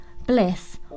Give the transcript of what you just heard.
Bliss